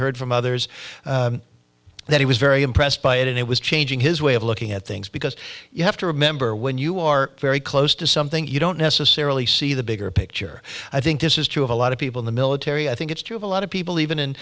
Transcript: heard from others that he was very impressed by it and it was changing his way of looking at things because you have to remember when you are very close to something you don't necessarily see the bigger picture i think this is true of a lot of people in the military i think it's true of a lot of people even in